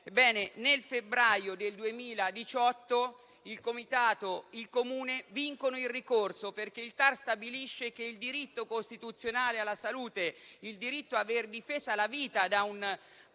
Nel febbraio del 2018 il comitato e il Comune vincono il ricorso, perché il TAR stabilisce che il diritto costituzionale alla salute, il diritto ad aver difesa la vita da un